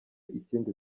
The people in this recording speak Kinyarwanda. ikindi